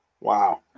Wow